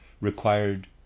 required